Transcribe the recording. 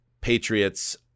Patriots